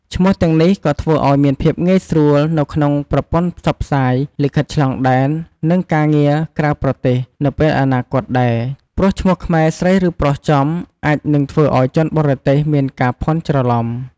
ឈ្មោះទាំងនេះក៏ធ្វើឱ្យមានភាពងាយស្រួលនៅក្នុងប្រព័ន្ធផ្សព្វផ្សាយ លិខិតឆ្លងដែន និង ការងារក្រៅប្រទេស នៅពេលអនាគតដែរ ព្រោះឈ្មោះខ្មែរស្រី ឬ ប្រុសចំ អាចនឹងធ្វើឱ្យជនបរទេសមានការភាន់ច្រឡំ។